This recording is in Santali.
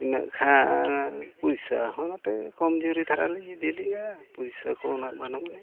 ᱤᱱᱟᱹᱜ ᱠᱷᱟᱱ ᱯᱚᱭᱥᱟ ᱦᱚᱸ ᱱᱚᱛᱮ ᱠᱚᱢ ᱡᱩᱨᱤ ᱫᱷᱟᱨᱟ ᱞᱤᱧ ᱤᱫᱤ ᱞᱮᱜᱼᱟ ᱯᱩᱭᱥᱟᱹ ᱠᱚ ᱩᱱᱟᱹᱜ ᱵᱟᱹᱱᱩᱜ ᱟᱹᱱᱤᱡ